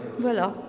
Voilà